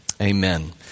amen